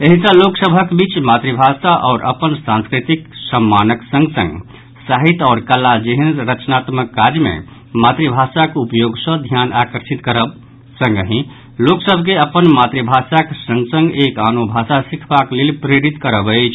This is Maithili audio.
एहि सॅ लोक सभक बीच मातृभाषा आओर अपन संस्कृतिक सम्मानक संग संग साहित्य आओर कला जेहेन रचनात्मक काज मे मातृभाषाक उपयोगक सॅ ध्यान आकर्षित करब संगहि लोक सभके अपन मातृभाषाक संग संग एक आनो भाषा सीखबाक लेल प्रेरित करब अछि